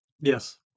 Yes